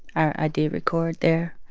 i did record there